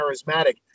charismatic